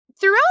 throughout